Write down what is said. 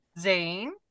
Zane